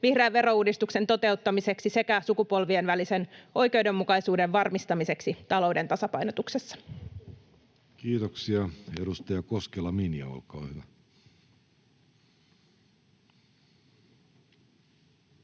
vihreän verouudistuksen toteuttamiseksi sekä sukupolvien välisen oikeudenmukaisuuden varmistamiseksi talouden tasapainotuksessa. [Speech 19] Speaker: Jussi Halla-aho Party: